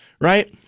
right